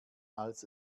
als